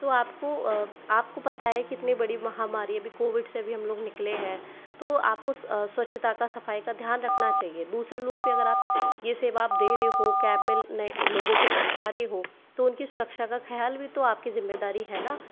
तो आपको आपको पता है कितनी बड़ी महामारी अभी कोविड से अभी हमलोग निकले हैं तो आपको स्वच्छता का सफाई का ध्यान रखना चाहिए दूसरे लोग भी अगर आप ये सेवा आप दे रहे हो कैब में नए लोगों को बैठा रहे हो तो उनकी सुरक्षा का ख़याल भी तो आपकी जिम्मेदारी है ना